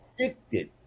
addicted